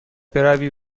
بروی